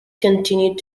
continued